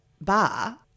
bar